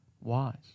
wise